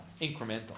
incremental